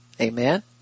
Amen